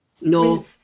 no